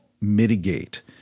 mitigate